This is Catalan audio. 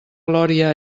glòria